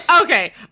Okay